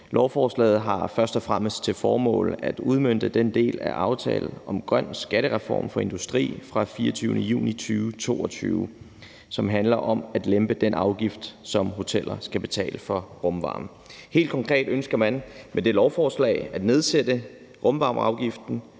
Lovforslaget har først og fremmest til formål at udmønte den del af aftalen om grøn skattereform for industri fra den 24. juni 2022, som handler om at lempe den afgift, som hoteller skal betale for rumvarme. Helt konkret ønsker man med det lovforslag at nedsætte rumvarmeafgiften